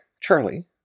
Charlie